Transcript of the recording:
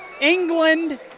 England